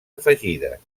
afegides